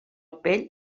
pell